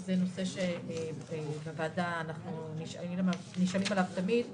זה נושא שאנחנו נשאלים עליו תמיד בוועדה: